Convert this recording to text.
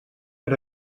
per